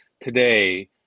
today